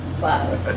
Wow